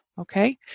okay